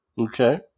Okay